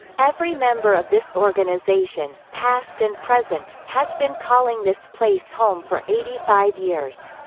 every member of this organization, past and present, has been calling this place home for eighty five years.